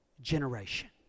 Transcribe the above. generation